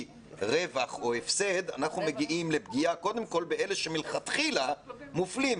רווח או הפסד אנחנו פוגעים קודם כול באלה שמלכתחילה מופלים,